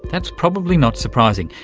that's probably not surprising.